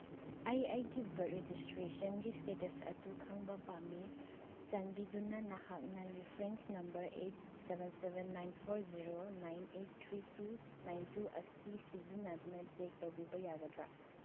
ꯑꯩ ꯑꯩꯒꯤ ꯕꯔꯠ ꯔꯦꯖꯤꯁꯇ꯭ꯔꯦꯁꯟꯒꯤ ꯏꯁꯇꯦꯇꯁ ꯑꯗꯨ ꯈꯪꯕ ꯄꯥꯝꯃꯤ ꯆꯥꯟꯕꯤꯗꯨꯅ ꯅꯍꯥꯛꯅ reference number eight seven seven nine four zero nine eight three two nine two ꯑꯁꯤ ꯁꯤꯖꯤꯟꯅꯗꯨꯅ ꯆꯦꯛ ꯇꯧꯕꯤꯕ ꯌꯥꯒꯗ꯭ꯔꯥ